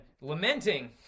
lamenting